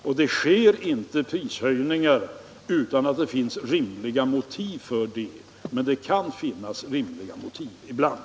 Det inträder inte prishöjningar utan att det finns rimliga motiv för dem, men det kan finnas rimliga motiv ibland.